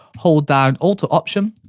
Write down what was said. hold down alt to option,